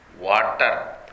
water